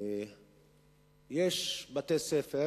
יש בתי-ספר